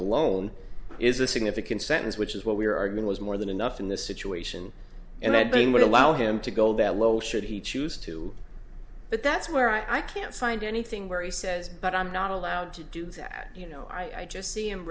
alone is a significant sentence which is what we were arguing was more than enough in this situation and that being would allow him to go that low should he choose to but that's where i can't find anything where he says but i'm not allowed to do that you know i just see